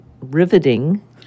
riveting